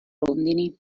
rondini